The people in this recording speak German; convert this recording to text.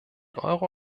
euro